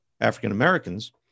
African-Americans